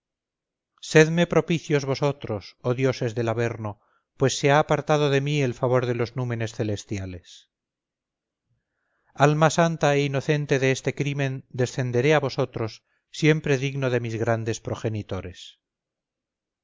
muerte sedme propicios vosotros oh dioses del averno pues se ha apartado de mi el favor de los númenes celestiales alma santa e inocente de este crimen descenderé a vosotros siempre digno de mis grandes progenitores